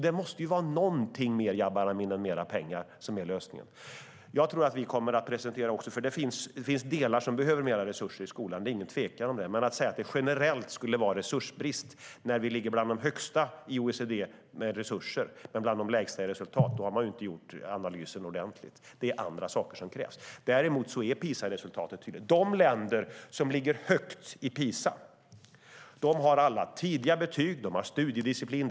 Det måste alltså vara något mer än mer pengar som är lösningen, Jabar Amin. Det finns delar i skolan som behöver mer pengar; det är ingen tvekan om det. Men säger man att det generellt är resursbrist när vi ligger bland de högsta i OECD när det gäller resurser men bland de lägsta när det gäller resultat har man inte gjort analysen ordentligt. Det är andra saker som krävs. PISA-resultatet är tydligt. De länder som ligger högst i PISA har tidiga betyg och studiedisciplin.